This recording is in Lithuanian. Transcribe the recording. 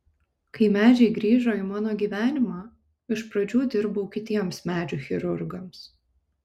kai medžiai grįžo į mano gyvenimą iš pradžių dirbau kitiems medžių chirurgams